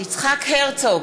יצחק הרצוג,